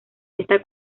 esta